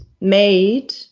made